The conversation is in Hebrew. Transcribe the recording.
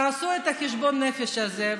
תעשו את חשבון הנפש הזה.